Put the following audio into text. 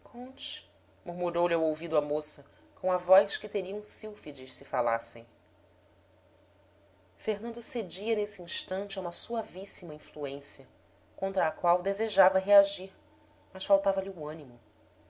conte murmurou-lhe ao ouvido a moça com a voz que teriam sílfides se falassem fernando cedia nesse instante a uma suavíssima influência contra a qual desejava reagir mas faltava-lhe o ânimo